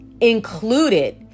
included